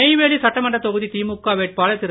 நெய்வேலி சட்டமன்றத் தொகுதி திமுக வேட்பாளர் திரு